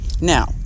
Now